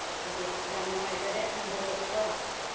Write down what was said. ꯍꯣ ꯑꯗꯨꯗꯤ ꯌꯥꯝ ꯅꯨꯡꯉꯥꯏꯖꯔꯦ ꯊꯝꯖꯔꯒꯦꯀꯣ